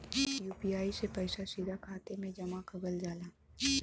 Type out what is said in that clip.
UPI से पइसा सीधा खाते में जमा कगल जाला